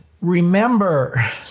remember